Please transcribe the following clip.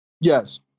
Yes